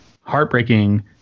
heartbreaking